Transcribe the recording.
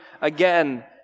again